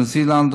ניו זילנד,